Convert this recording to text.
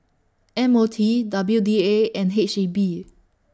M O T W D A and H E B